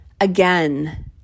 Again